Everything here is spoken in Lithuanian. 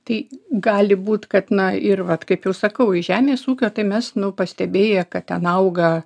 tai gali būt kad na ir vat kaip jau sakau į žemės ūkio tai mes nu pastebėję kad ten auga